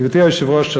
גברתי היושבת-ראש,